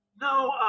no